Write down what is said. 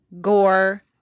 gore